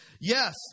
Yes